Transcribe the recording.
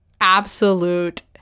absolute